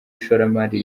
ishoramari